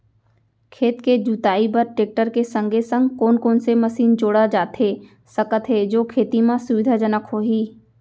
खेत के जुताई बर टेकटर के संगे संग कोन कोन से मशीन जोड़ा जाथे सकत हे जो खेती म सुविधाजनक होही?